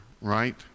right